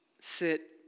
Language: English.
sit